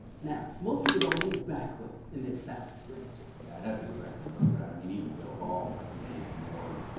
now, most people don't move backwards in their salary ranges. yeah i'd have to go back and look, but i mean even bill hall made more,